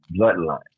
bloodline